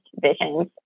visions